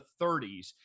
30s